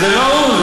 זה לא הוא.